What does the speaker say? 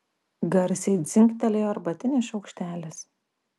garsiai dzingtelėjo arbatinis šaukštelis